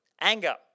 anger